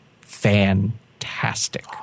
fantastic